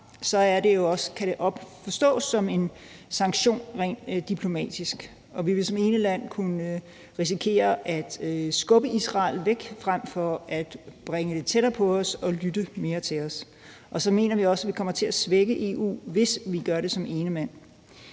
kan det forstås som en sanktion rent diplomatisk, og vi vil som ene land kunne risikere at skubbe Israel væk frem for at bringe dem tættere på os og til at lytte mere til os. Og så mener vi også, at vi kommer til at svække EU, hvis vi gør det som ene land.